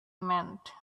meant